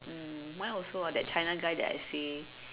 mm mine also ah that China guy that I say